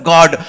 God